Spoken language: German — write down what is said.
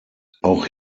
auch